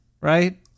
right